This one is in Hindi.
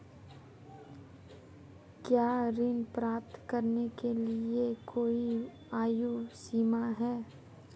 क्या ऋण प्राप्त करने के लिए कोई आयु सीमा है?